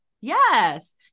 Yes